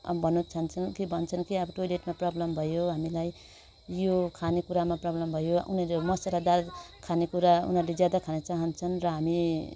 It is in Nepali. अब कि भन्छन् कि अब टोयलेटमा प्रब्लम भयो हामीलाई यो खानेकुरामा प्रब्लम भयो उनीहरू मसालेदार खानेकुरा उनीहरूले ज्यादा खान चाहन्छन् र हामी